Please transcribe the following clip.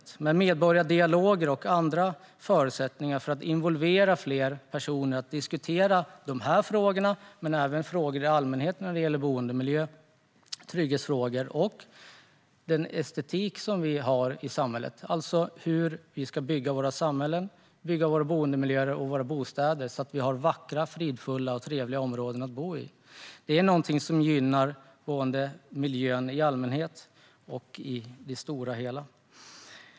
Det är viktigt med medborgardialoger och andra förutsättningar för att involvera fler personer att diskutera de här frågorna men även frågor om boendemiljö, trygghetsfrågor och estetiken i samhället, alltså hur man ska bygga samhällen, boendemiljöer och bostäder så att det blir vackra, fridfulla och trevliga områden att bo i. Det gynnar både miljön i allmänhet och i det stora hela.